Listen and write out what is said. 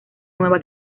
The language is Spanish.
nueva